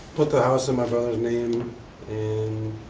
put the house in my brother's name in,